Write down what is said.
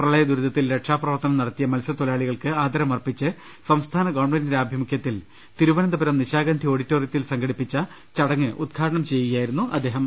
പ്രളയ ദുരിതത്തിൽ രക്ഷാപ്രവർത്തനം നടത്തിയ മത്സ്യ ത്തൊഴിലാളികൾക്ക് അദരമർപ്പിച്ച് സംസ്ഥാന ഗവൺമെന്റിന്റെ ആഭി മുഖൃത്തിൽ തിരുവനന്തപുരം നിശാഗന്ധി ഓഡിറ്റോറിയത്തിൽ സംഘ ടിപ്പിച്ച ചടങ്ങ് ഉദ്ഘാടനം ചെയ്യുകയായിരുന്നു അദ്ദേഹം